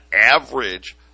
average